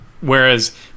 whereas